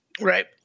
Right